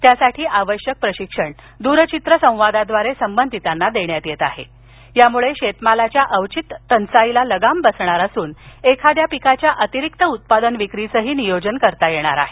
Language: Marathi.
त्यासाठी आवश्यक प्रशिक्षण दूरचित्रसंवादाद्वारे संबंधितांना देण्यात येत आहे यामुळे शेतमालाच्या अवचित टंचाईला लगाम बसणार असून एखाद्या पिकाच्या अतिरिक्त उत्पादन विक्रीचेही नियोजन करता येणार आहे